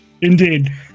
Indeed